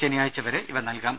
ശനിയാഴ്ച വരെ ഇവ നൽകാം